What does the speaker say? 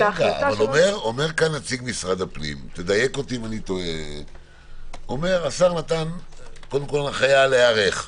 אבל אומר נציג משרד הפנים: השר נתן הנחיה להיערך.